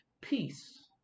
peace